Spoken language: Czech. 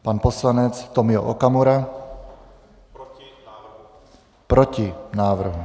Pan poslanec Tomio Okamura: Proti návrhu.